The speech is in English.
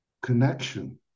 connection